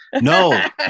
No